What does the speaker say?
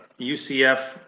UCF